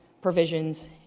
provisions